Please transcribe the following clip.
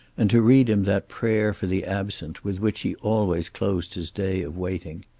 and to read him that prayer for the absent with which he always closed his day of waiting.